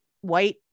White